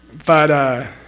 but ah.